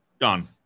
done